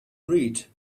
read